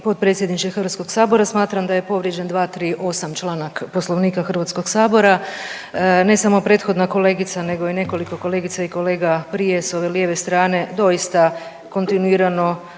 potpredsjedniče HS-a, smatram da je povrijeđen 238 čl. Poslovnika HS-a. Ne samo prethodna kolegica nego i nekoliko kolegica i kolega prije s ove lijeve strane doista kontinuirano